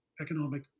economic